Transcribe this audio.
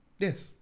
Yes